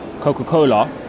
Coca-Cola